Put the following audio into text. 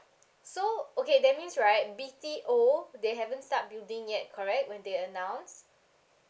so okay that means right B_T_O they haven't start building yet correct when they announce